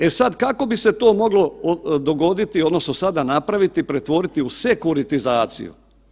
E sad kako bi se to moglo dogoditi odnosno sada napraviti i pretvoriti u sekuritizaciju?